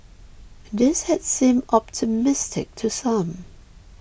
this had seemed optimistic to some